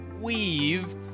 Weave